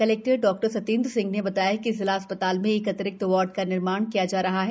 collector डॉ सत्येंद्र सिंह ने बताया कि जिला चिक्तिसालय में एक अतिरिक्त वार्ड का निर्माण किया जा रहा है